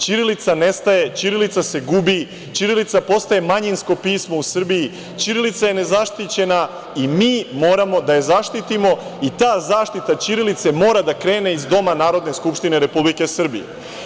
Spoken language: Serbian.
Ćirilica nestaje, ćirilica se gubi, ćirilica postaje manjinsko pismo u Srbiji, ćirilica je nezaštićena i mi moramo da je zaštitimo i ta zaštita ćirilice mora da krene iz doma Narodne skupštine Republike Srbije.